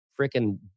freaking